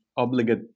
Obligate